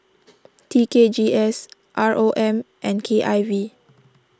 T K G S R O M and K I V